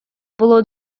було